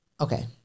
Okay